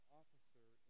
officer